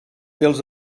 els